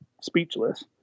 speechless